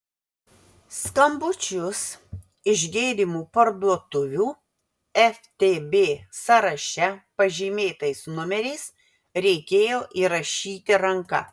skambučius iš gėrimų parduotuvių ftb sąraše pažymėtais numeriais reikėjo įrašyti ranka